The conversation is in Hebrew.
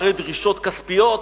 אחרי דרישות כספיות,